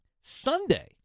Sunday